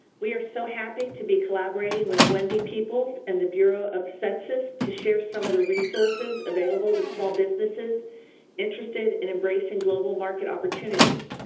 we are so happy to be collaborating with wendy peebles and the bureau of census to share some of the resources available to small businesses businesses interested in embracing global market opportunities.